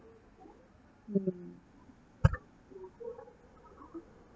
mm